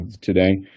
today